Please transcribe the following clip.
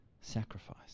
sacrifice